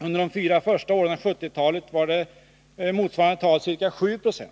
Under de fyra första åren av 1970-talet var motsvarande tal ca 7 26.